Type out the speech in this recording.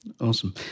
Awesome